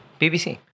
bbc